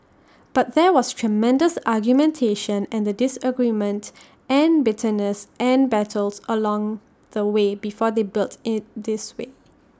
but there was tremendous argumentation and disagreement and bitterness and battles along the way before they built IT this way